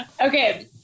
Okay